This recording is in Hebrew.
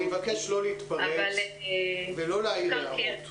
אני מבקש לא להתפרץ ולא להעיר הערות.